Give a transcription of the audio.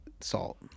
salt